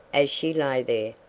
as she lay there,